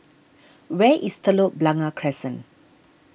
where is Telok Blangah Crescent